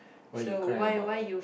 what you cry about